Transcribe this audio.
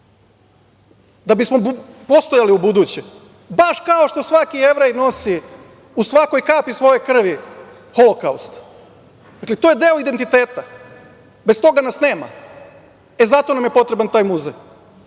da bi smo postojali ubuduće, baš kao što svaki Jevrej nosi u svakoj kapi svoje krvi Holokaust. Dakle, to je deo identiteta. Bez toga nas nema. Zato nam je potreban taj muzej,